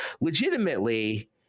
legitimately